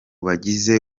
bagize